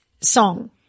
song